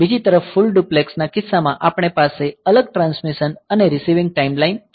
બીજી તરફ full duplex ના કિસ્સામાં આપણી પાસે અલગ ટ્રાન્સમિશન અને રીસીવિંગ ટાઇમ લાઇન છે